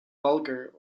vulgar